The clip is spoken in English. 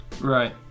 Right